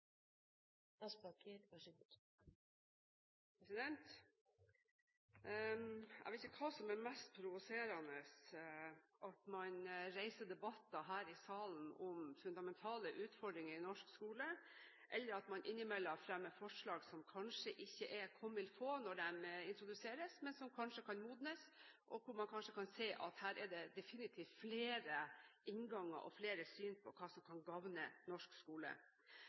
mest provoserende, at man reiser debatter her i salen om fundamentale utfordringer i norsk skole, eller at man innimellom fremmer forslag som kanskje ikke er «comme il faut» når de introduseres, men som kanskje kan modnes, slik at man kanskje kan se at her er det definitivt flere innganger og flere syn på hva som kan gagne norsk skole.